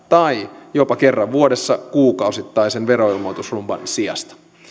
tai jopa kerran vuodessa kuukausittaisen veroilmoitusrumban sijaan